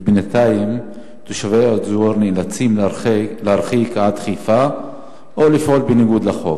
ובינתיים תושבי האזור נאלצים להרחיק עד חיפה או לפעול בניגוד לחוק.